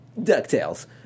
DuckTales